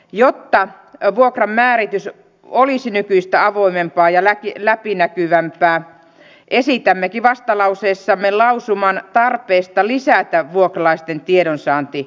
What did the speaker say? jotta vuokranmääritys olisi nykyistä avoimempaa ja läpinäkyvämpää esitämmekin vastalauseessamme lausuman tarpeesta lisätä vuokralaisten tiedonsaantioikeutta